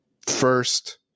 first